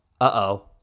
Uh-oh